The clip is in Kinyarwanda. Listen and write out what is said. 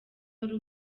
wari